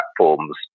platforms